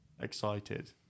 excited